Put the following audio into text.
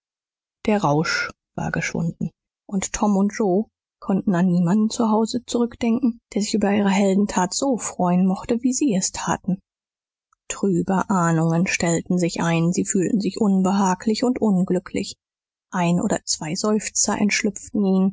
der rausch war geschwunden und tom und joe konnten an niemand zu hause zurückdenken der sich über ihre heldentat so freuen mochte wie sie es taten trübe ahnungen stellten sich ein sie fühlten sich unbehaglich und unglücklich ein oder zwei seufzer entschlüpften ihnen